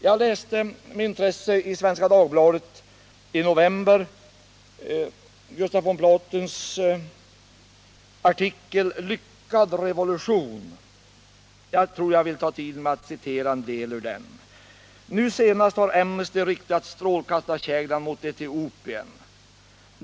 Jag läste med intresse i Svenska Dagbladet i november Gustaf von Platens artikel Lyckad revolution? Jag vill ta litet tid i anspråk för att citera ur den. ”Nu senast har Amnesty riktat strålkastarkäglan mot Etiopien.